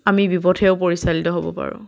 আমি বিপথেও পৰিচালিত হ'ব পাৰোঁ